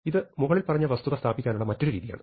ഇത് മുകളിൽ പറഞ്ഞ വസ്തുത സ്ഥാപിക്കാനുള്ള മറ്റൊരു രീതിയാണ്